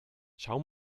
schau